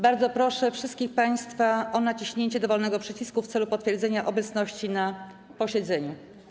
Bardzo proszę wszystkich państwa o naciśnięcie dowolnego przycisku w celu potwierdzenia obecności na posiedzeniu.